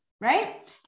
right